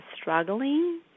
struggling